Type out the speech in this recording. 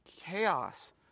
chaos